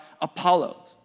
Apollo